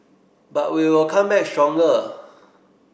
but we will come back stronger